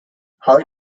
holly